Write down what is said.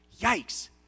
yikes